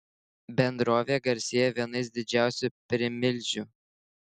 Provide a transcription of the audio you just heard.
bendrovė garsėja vienais didžiausių primilžių